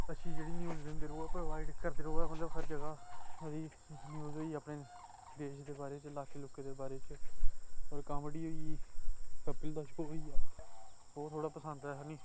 अच्छी जेह्ड़ी न्यूज दिंदे रौवै प्रोवाइड करदे रवै मतलब हर जगह सारी न्यूज होई गेई अपने देश दे बारे च ल्हाके ल्हूके दे बारे च कोई कामेडी होई गेई कपिल दा शो होई गेआ ओह् थोह्ड़ा पसंद ऐ हैनी